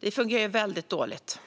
De fungerade väldigt dåligt.